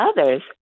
others